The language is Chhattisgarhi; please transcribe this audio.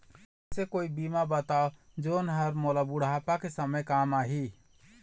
ऐसे कोई बीमा बताव जोन हर मोला बुढ़ापा के समय काम आही?